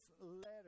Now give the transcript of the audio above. letter